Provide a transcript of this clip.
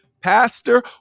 Pastor